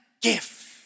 gift